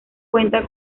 cuenta